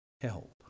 help